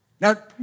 Now